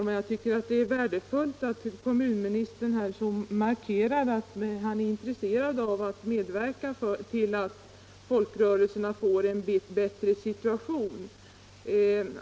Herr talman! Det är värdefullt att kommunministern markerar att han är intresserad av att medverka till att folkrörelserna får en bättre situation.